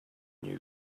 new